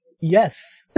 yes